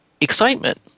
excitement